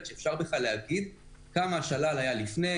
שאפשר בכלל להגיד כמה השלל היה לפני,